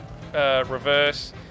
reverse